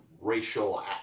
racial